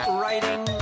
writing